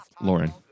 lauren